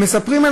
הם מספרים,